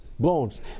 Bones